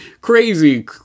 Crazy